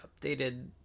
updated